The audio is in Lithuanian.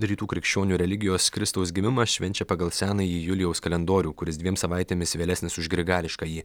rytų krikščionių religijos kristaus gimimą švenčia pagal senąjį julijaus kalendorių kuris dviem savaitėmis vėlesnis už grigališkąjį